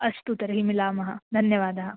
अस्तु तर्हि मिलामः धन्यवादः